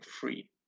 free